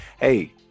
Hey